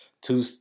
two